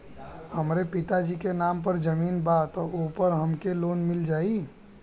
हमरे पिता जी के नाम पर जमीन बा त ओपर हमके लोन मिल जाई?